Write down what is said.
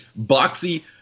boxy –